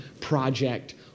project